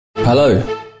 Hello